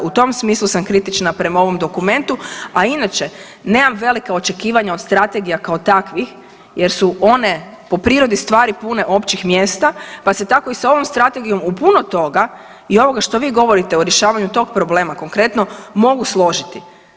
U tom smislu sam kritična prema ovom dokumentu, a inače nemam velika očekivanja od strategija kao takvih jer su one po prirode stvari pune općih mjesta pa se tako i sa ovom strategijom u puno toga i ovoga što vi govorite o rješavanju tog problema konkretno mogu složiti.